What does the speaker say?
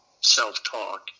self-talk